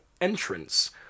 entrance